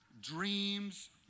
dreams